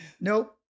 Nope